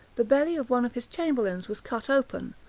the belly of one of his chamberlains was cut open,